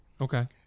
Okay